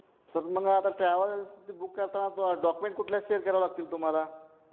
sir मग आता travels एन्सीत बुक करताना तो डॉक्युमेंट कुठल्या शेर करावे लागतील तुम्हाला